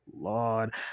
lord